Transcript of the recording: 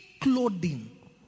clothing